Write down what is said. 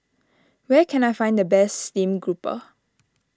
where can I find the best Steamed Grouper